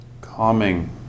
Calming